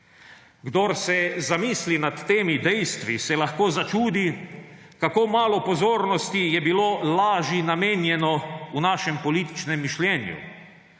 Kdor se zamisli nad temi dejstvi, se lahko začudi, kako malo pozornosti je bilo laži namenjeno v našem političnem mišljenju.